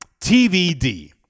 TVD